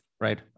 Right